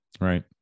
right